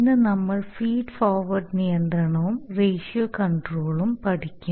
ഇന്ന് നമ്മൾ feed forward നിയന്ത്രണവും റേഷ്യോ കണ്ട്രോളും പഠിക്കും